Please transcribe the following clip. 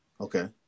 Okay